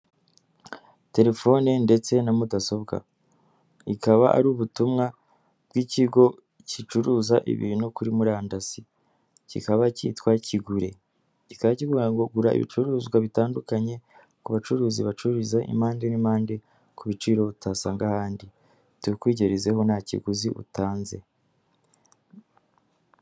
Terefone ndetse na mudasobwa, bikaba ari ubutumwa bw'ikigo gicuruza ibintu kuri murandasi, kikaba cyitwa Kigure, kikaba kikubwira ngo gura ibicuruzwa bitandukanye ku bacuruzi bacururiza impande n'impande ku biciro utasanga ahandi, tubikugerezeho nta kiguzi utanze.